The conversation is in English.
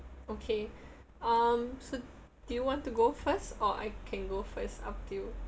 okay um so do you want to go first or I can go first up to you